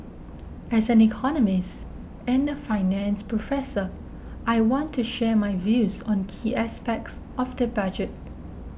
as an economist and a finance professor I want to share my views on key aspects of the budget